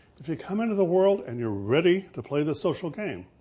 if you come into the world and you're ready to play the social game,